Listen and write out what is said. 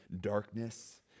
darkness